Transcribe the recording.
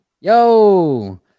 Yo